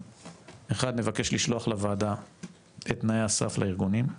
אחד, נבקש לשלוח לוועדה את תנאי הסף לארגונים,